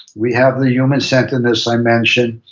we have the human centeredness i mentioned.